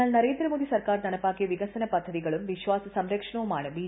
എന്നാൽ നരേന്ദ്രമോദി സർക്കാർ നടപ്പാക്കിയ വികസന പദ്ധതികളും വിശ്വാസ സംരക്ഷണവുമാണ് ബി